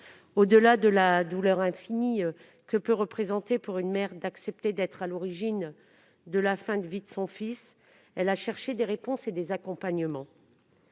pas la douleur infinie que peut représenter pour une mère le fait d'accepter d'être à l'origine de la fin de vie de son fils. Mme Delcourt a cherché des réponses et des accompagnements,